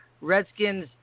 Redskins